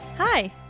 Hi